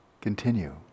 Continue